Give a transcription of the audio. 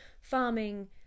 farming